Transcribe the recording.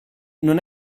non